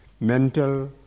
mental